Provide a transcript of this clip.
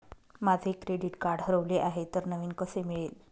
माझे credit card हरवले आहे तर नवीन कसे मिळेल?